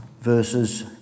verses